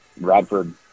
Radford